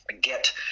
get